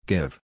Give